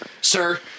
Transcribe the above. Sir